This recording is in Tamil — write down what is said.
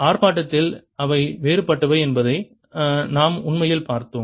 ஆர்ப்பாட்டத்தில் அவை வேறுபட்டவை என்பதை நாம் உண்மையில் பார்த்தோம்